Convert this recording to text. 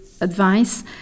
advice